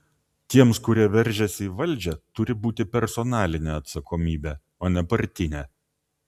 tiems kurie veržiasi į valdžią turi būti personalinė atsakomybė o ne partinė